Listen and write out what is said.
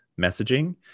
messaging